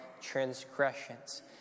transgressions